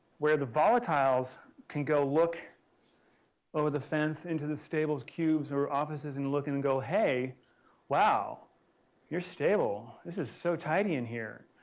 where the volatiles can go look over the fence into the stables cubes or offices and look and go hey wow you're stable. this is so tiny in here.